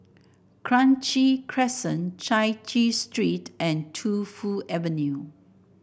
Kranji Crescent Chai Chee Street and Tu Fu Avenue